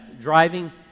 driving